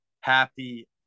happy